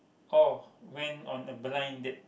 or went on a blind date